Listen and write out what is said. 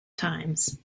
times